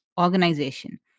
organization